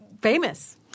famous